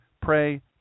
pray